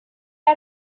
out